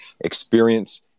experience